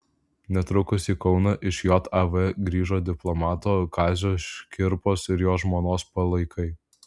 netrukus į kauną iš jav grįžo diplomato kazio škirpos ir jo žmonos palaikai